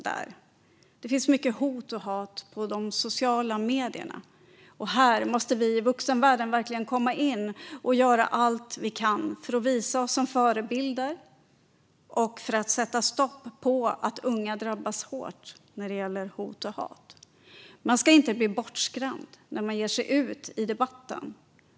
Det finns mycket hot och hat i sociala medier, och här måste vi i vuxenvärlden verkligen komma in och göra allt vi kan för att visa oss som förebilder och sätta stopp för att unga drabbas hårt när det gäller hot och hat. Man ska inte bli bortskrämd när man ger sig ut i debatten.